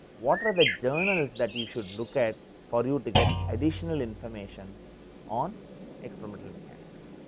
what are the journalize that you should look at for you to get additional information on experimental mechanics.